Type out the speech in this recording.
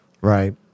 Right